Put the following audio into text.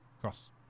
cross